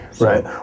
Right